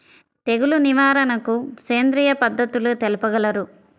తెగులు నివారణకు సేంద్రియ పద్ధతులు తెలుపగలరు?